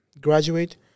graduate